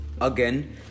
Again